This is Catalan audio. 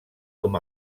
com